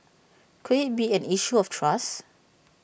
could IT be an issue of trust